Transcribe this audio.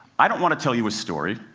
i don't want to tell you a story.